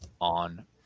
on